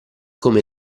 come